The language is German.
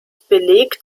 beleg